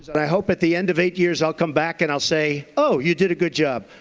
but i hope at the end of eight years i'll come back and i'll say, oh, you did a good job.